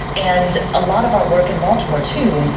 and a lot of our work in baltimore, too,